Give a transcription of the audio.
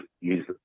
use